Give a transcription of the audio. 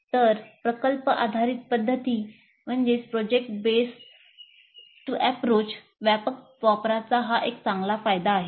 तर प्रकल्प आधारित पध्दतीच्या व्यापक वापराचा हा एक चांगला फायदा आहे